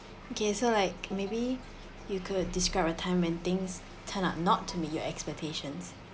okay so like maybe you could describe a time when things turn out not to meet your expectations